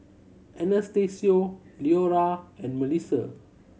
Anastacio Leora and Mellisa